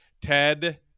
Ted